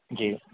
جی